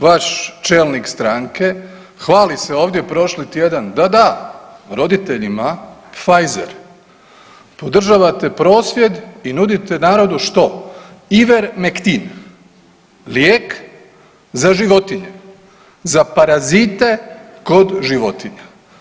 Vaš čelnik stranke hvali se ovdje prošli tjedan da, da, roditeljima Pfizer, podržavate prosvjed i nudite narodu što, Ivermectin, lijek za životinje, za parazite kod životinja.